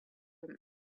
him